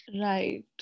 Right